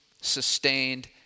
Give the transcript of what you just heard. sustained